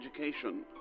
education